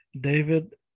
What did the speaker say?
David